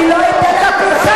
אתה פרחח.